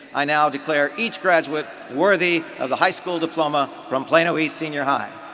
i now declare each graduate worthy of the high school diploma from plano east senior high.